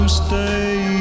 stay